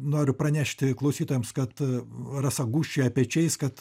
noriu pranešti klausytojams kad rasa gūžčioja pečiais kad